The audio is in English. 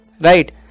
Right